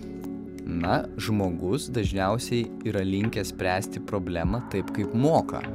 na žmogus dažniausiai yra linkęs spręsti problemą taip kaip moka